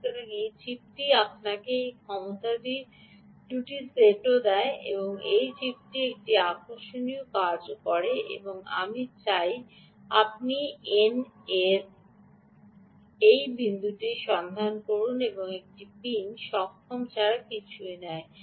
সুতরাং এই চিপটি আপনাকে সেই ক্ষমতাটি দুটি সেটও দেয় এই চিপটি একটি আকর্ষণীয় কাজও করে এবং আমি চাই আপনি এন এর এই বিন্দুটি সন্ধান করুন এটি পিন সক্ষম ছাড়া কিছুই নয়